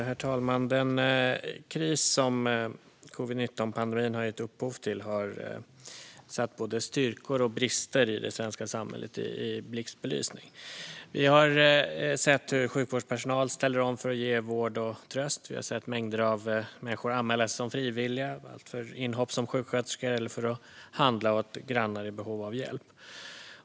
Herr talman! Den kris som covid-19-pandemin har gett upphov till har satt både styrkor och brister i det svenska samhället i blixtbelysning. Vi har sett hur sjukvårdspersonal ställer om för att ge vård och tröst. Vi har sett mängder av människor anmäla sig som frivilliga för alltifrån inhopp som sjuksköterskor till att handla åt grannar i behov av hjälp.